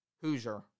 Hoosier